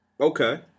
Okay